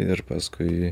ir paskui